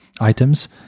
items